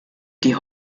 die